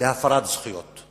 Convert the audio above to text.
להפרת זכויות.